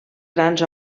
grans